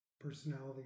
personality